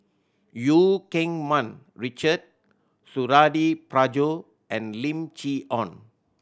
Eu Keng Mun Richard Suradi Parjo and Lim Chee Onn